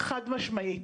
חד משמעית.